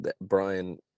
Brian